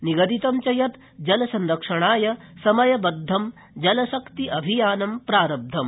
निगदित च यत् जलसंरक्षणाय समयबद्ध जलशक्ति अभियान प्रारव्धम्